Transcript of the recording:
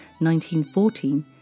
1914